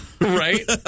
Right